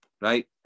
right